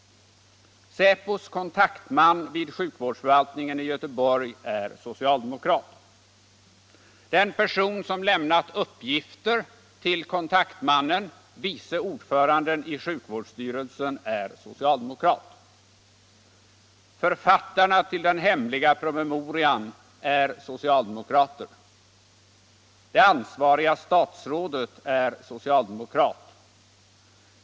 Säpos kontaktman vid sjukvårdsförvaltningen i Göteborg är socialdemokrat. Den person som lämnat uppgifter till kontaktmannen, vice ordföranden i sjukvårdsstyrelsen, är socialdemokrat. Författarna till den hemliga promemorian är socialdemokrater. Det ansvariga statsrådet är socialdemokrat.